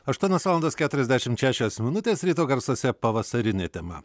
aštuonios valandos keturiasdešimt šešios minutės ryto garsuose pavasarinė tema